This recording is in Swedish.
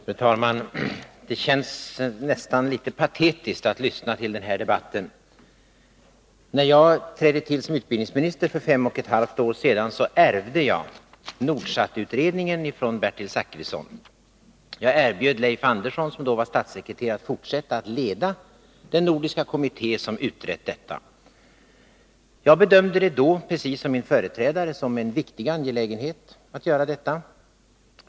Fru talman! Det känns nästan litet patetiskt att lyssna till den här debatten. När jag trädde till som utbildningsminister för fem och ett halvt år sedan ärvde jag Nordsatutredningen från Bertil Zachrisson. Jag erbjöd Leif Andersson, som då var statssekreterare, att fortsätta att leda den nordiska kommitté som utrett detta. Jag bedömde det då, precis som min företrädare, som en viktig angelägenhet att göra detta.